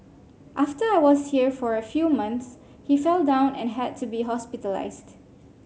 after I was here for a few months he fell down and had to be hospitalised